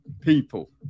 people